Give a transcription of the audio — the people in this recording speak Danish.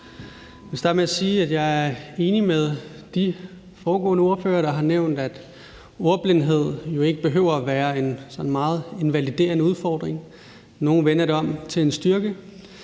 jeg er enig med de foregående ordførere, der har nævnt, at ordblindhed jo ikke behøver at være en sådan meget invaliderende udfordring, og nogle vender det til en styrke.